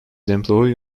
employee